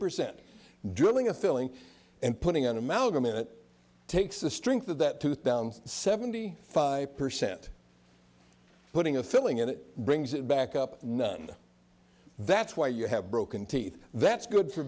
percent drilling a filling and putting an amalgam in it takes the strength of that tooth down seventy five percent putting a filling in it brings it back up none that's why you have broken teeth that's good for